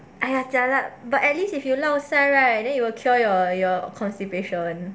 !aiya! jialat but at least if you lao sai right then you will cure your your constipation